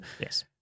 Yes